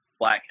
black